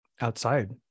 outside